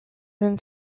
than